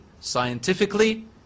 scientifically